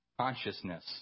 consciousness